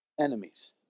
enemies